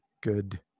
good